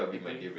agree